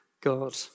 God